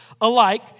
alike